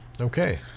Okay